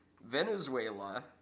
Venezuela